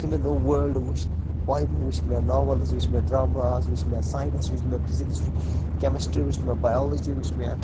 یُتھٕے مےٚ نوٚو وٲلڈٕ وُچھ پۄیمہٕ وچھِ مےٚ ناولٕز دراماز وٕچھ مےٚ ساینس وُچھ مےٚ فِزیٖکٕس وٕچھ مےٚ کٮ۪مسٹری وٕچھ مےٚ بیالجی وٕچھ مےٚ